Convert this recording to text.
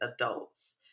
adults